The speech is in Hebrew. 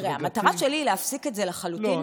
תראה, המטרה שלי היא להפסיק את זה לחלוטין, לא.